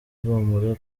ihumure